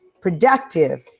productive